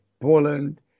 Poland